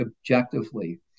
objectively